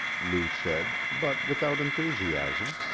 lou said, but without enthusiasm.